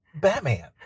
Batman